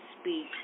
speak